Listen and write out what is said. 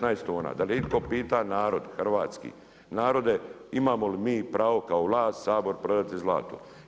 15 tona, da li je itko pita narod hrvatski, narode imamo li mi pravo kao vlast, Sabor prodati zlato?